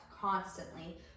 constantly